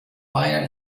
fire